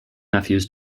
nephews